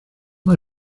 mae